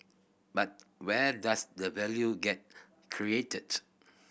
but where does the value get created